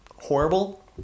horrible